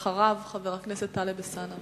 אחריו, חבר הכנסת טלב אלסאנע.